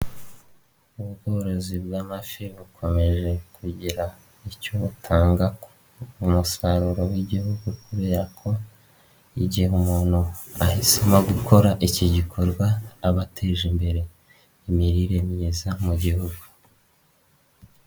Ubworozi bw'amafi bukomeje kugira icyo butanga ku musaruro w'igihugu, kubera ko igihe umuntu ahisemo gukora iki gikorwa aba ateje imbere imirire myiza mu gihugu.